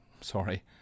sorry